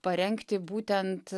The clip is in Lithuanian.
parengti būtent